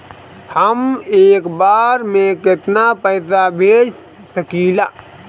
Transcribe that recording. हम एक बार में केतना पैसा भेज सकिला?